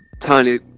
tiny